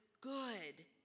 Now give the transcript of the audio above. good